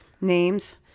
names